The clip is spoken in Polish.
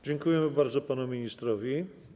Dziękujemy bardzo panu ministrowi.